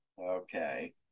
Okay